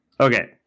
okay